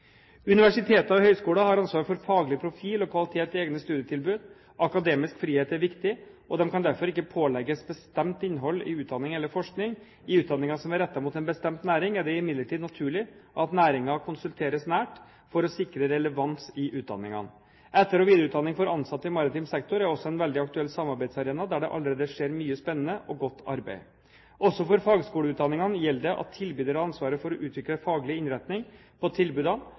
Universiteter og høyskoler har ansvaret for faglig profil og kvalitet i egne studietilbud. Akademisk frihet er viktig, og de kan derfor ikke pålegges et bestemt innhold i utdanning eller forskning. I utdanninger som er rettet mot en bestemt næring, er det imidlertid naturlig at næringen konsulteres nært for å sikre relevans i utdanningene. Etter- og videreutdanning for ansatte i maritim sektor er også en veldig aktuell samarbeidsarena der det allerede skjer mye spennende og godt arbeid. Også for fagskoleutdanningene gjelder det at tilbyder har ansvaret for å utvikle faglig innretning på